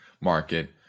market